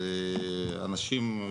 אנשים,